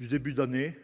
du début d’année,